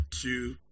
two